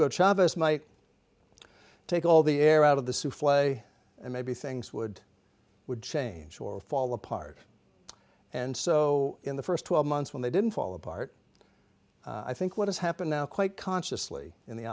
chavez might take all the air out of the souffle and maybe things would would change or fall apart and so in the first twelve months when they didn't fall apart i think what has happened now quite consciously in the